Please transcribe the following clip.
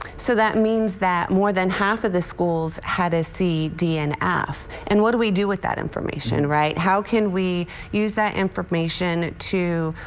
so that means that more than half of the schools had a c, d and f, and what do we do with that information? how can we use that information to,